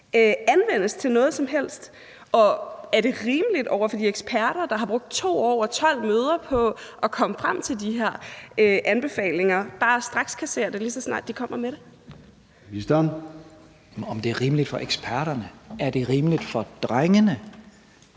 anvendes til noget som helst? Og er det rimeligt over for de eksperter, der har brugt 2 år og 12 møder på at komme frem med de anbefalinger, bare at strakskassere det, lige så snart de kommer med det? Kl. 13:55 Formanden (Søren Gade): Ministeren.